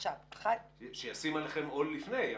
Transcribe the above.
שישים עליכם עול לפני,